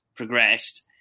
progressed